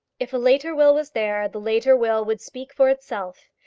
if a later will was there, the later will would speak for itself.